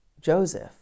Joseph